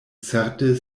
certe